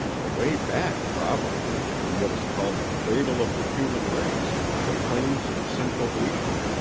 away back, probably, in what is called the cradle of the human race the plains of central asia.